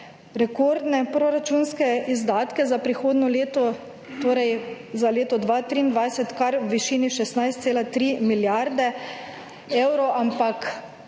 rekordne proračunske izdatke za prihodnje leto, torej za leto 2024 kar v višini 16,3 milijarde evrov, ampak